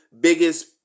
biggest